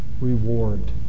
reward